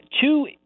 two